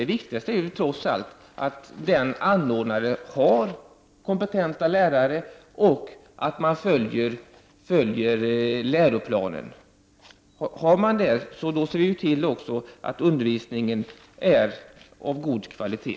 Det viktigaste är ju trots allt att anordnaren har kompetenta lärare och att man följer läroplanen. Då ser man också till att undervisningen blir av god kvalitet.